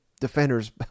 defenders